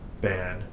ban